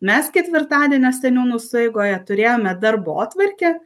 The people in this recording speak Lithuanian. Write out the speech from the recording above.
mes ketvirtadienio seniūnų sueigoje turėjome darbotvarkę